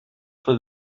for